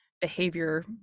behavior